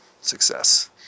success